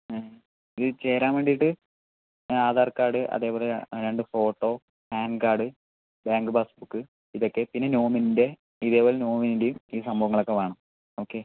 മ് ഇത് ചേരാൻ വേണ്ടിയിട്ട് ആധാർ കാർഡ് അതേപോലെ രണ്ട് photo PAN card bank passbook ഇതൊക്കെ പിന്നെ നോമിനീൻ്റെ ഇതേപോലെ നോമിനീൻ്റെയും ഈ സംഭവങ്ങളൊക്കെ വേണം ഓക്കെ